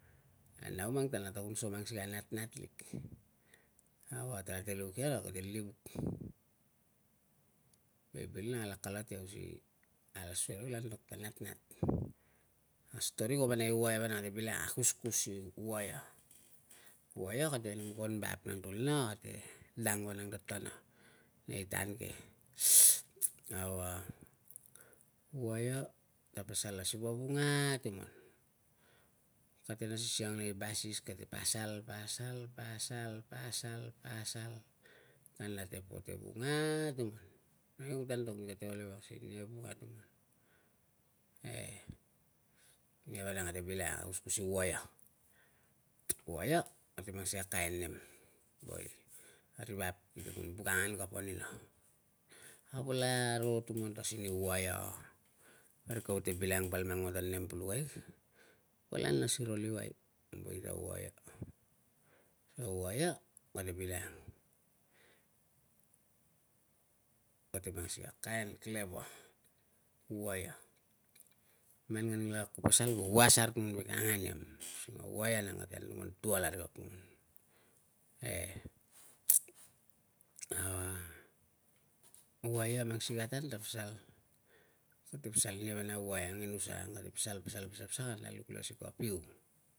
A nau mang tan ate kun so mang sikei a natnat lik au tarate luk ia ate livuk vai bil a kala kalat iau si asui a kula antok natnat a stori ko vanang i waia vanang kate bilangang akuskus i waia. Waia kate nem kon vap a tukulina ate dang vanang tatana nei tan ke au a waia te pasal a siva vunga tuman kate nas ni siang nei basis, kate pasal, pasal, pasal, pasal, pasal, kanla te pot e vunga tuman nang rilong taa antok ta ol ewang sei ninia e vunga tuman, e ninia vanang kate bilangang na akuskus i waia. Waia kate ang sikei a kain nem woe a ri vap kite kun buk angan kapa nina, a vala ro tuman ta sin i waia parik kapa te bilangang ta mang matan nem pulukai vala nas ni ro luai kam boi ta waia. Sikei a waia kate bilanganng kate mang sikei a kain clever waia man nganlak ku pasal ku was ap vai ka angan iam using a waia kate anutuman dual arigek tuman e waia mang sikei a tan te pasal ninia vanang a waia ang e nusa, kate pasal, pasal kanla luk le na mang sikei a piu